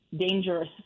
dangerous